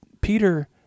Peter